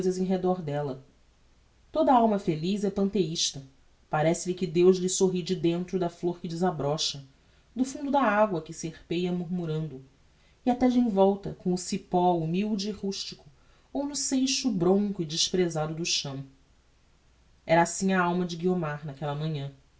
em redor della toda a alma feliz é pantheista parece-lhe que deus lhe sorri de dentro da flor que desabrocha do fundo da agua que serpeia murmurando e até de envolta com o cipó humilde e rustico ou no seixo bronco e despresado do chão era assim a alma de guiomar naquella manhã